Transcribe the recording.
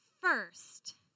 first